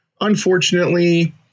Unfortunately